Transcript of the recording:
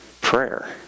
prayer